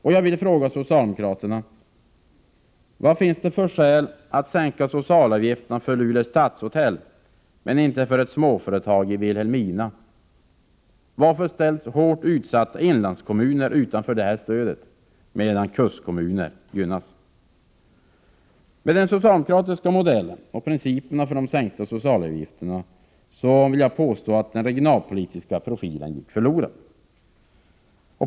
Med den socialdemokratiska modellen och denna princip för sänkta socialavgifter vill jag påstå att den regionalpolitiska profilen har gått förlorad.